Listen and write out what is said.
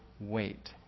wait